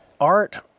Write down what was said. art